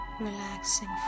relaxing